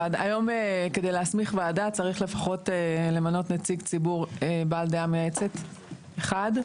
היום כדי להסמיך וועדה צריך לפחות למנות נציג ציבור בעל דעה מייעצת אחד,